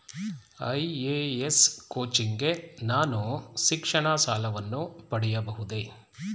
IAS coaching ಗೆ ನಾನು ಶಿಕ್ಷಣ ಸಾಲವನ್ನು ಪಡೆಯಬಹುದೇ?